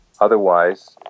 Otherwise